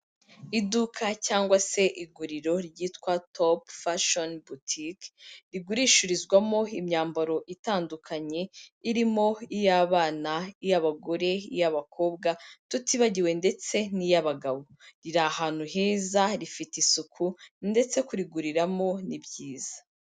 Iduka cyangwa se iguriro ryitwa Topu fashoni butike, rigurishirizwamo imyambaro itandukanye irimo iy'abana, iy'abagore, iy'abakobwa, tutibagiwe ndetse n'iy'abagabo, riri ahantu heza, rifite isuku ndetse kuriguriramo ni byiza.